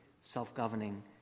self-governing